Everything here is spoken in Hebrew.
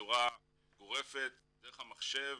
בצורה גורפת דרך המחשב,